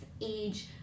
age